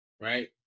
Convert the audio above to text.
Right